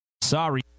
Sorry